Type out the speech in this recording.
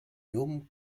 llum